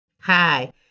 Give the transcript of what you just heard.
Hi